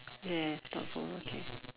yes thoughtful okay